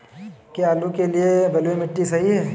क्या आलू के लिए बलुई मिट्टी सही है?